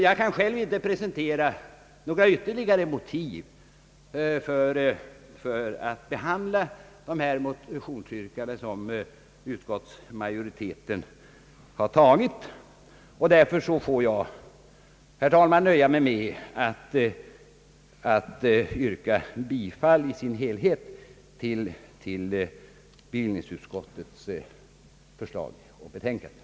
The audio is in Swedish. Jag kan själv inte presentera några ytterligare motiv, och därför får jag, herr talman, nöja mig med att yrka bifall till bevillningsutskottets betänkande i dess helhet.